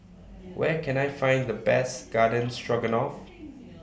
Where Can I Find The Best Garden Stroganoff